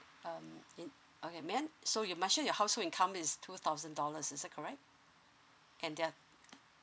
um in okay ma'am so you mentioned your household income is two thousand dollars is that correct and there're